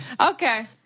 Okay